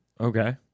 okay